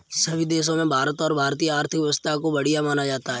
सभी देशों में भारत और भारतीय आर्थिक व्यवस्था को बढ़िया माना जाता है